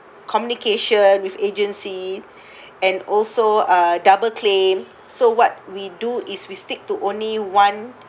communication with agency and also uh double claim so what we do is we stick to only one